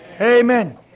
Amen